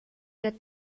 der